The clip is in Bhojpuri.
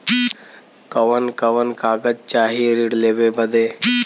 कवन कवन कागज चाही ऋण लेवे बदे?